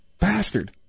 bastard